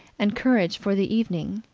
and courage for the evening.